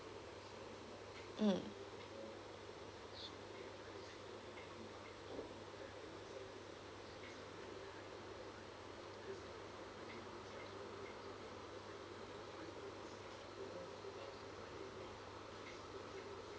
mm